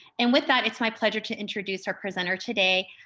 and with that, it's my pleasure to introduce our presenter today.